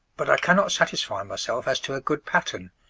but i cannot satisfy myself as to a good pattern,